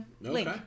link